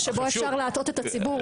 שבו אפשר להטעות את הציבור.